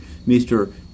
Mr